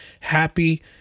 happy